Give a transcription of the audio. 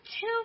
Two